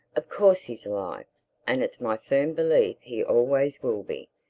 of course he's alive and it's my firm belief he always will be.